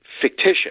fictitious